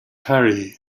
harry